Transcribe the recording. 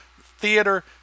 theater